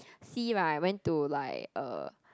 C right when to like uh